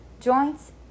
joints